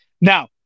Now